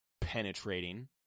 Penetrating